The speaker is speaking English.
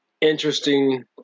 interesting